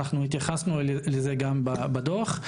אנחנו התייחסנו לזה גם בדוח,